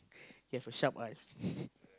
you have a sharp eye